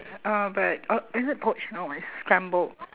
uh but uh is it poached no it's scrambled